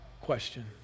question